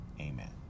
Amen